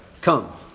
come